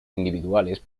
individuales